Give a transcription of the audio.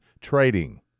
trading